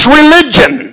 religion